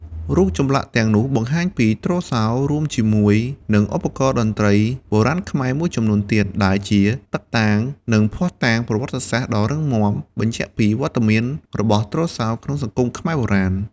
រូបចម្លាក់ទាំងនោះបង្ហាញពីទ្រសោរួមជាមួយនឹងឧបករណ៍តន្ត្រីបុរាណខ្មែរមួយចំនួនទៀត ដែលជាតឹកតាង និងភស្តុតាងប្រវត្តិសាស្ត្រដ៏រឹងមាំ បញ្ជាក់ពីវត្តមានរបស់ទ្រសោក្នុងសង្គមខ្មែរបុរាណ។